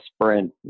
sprint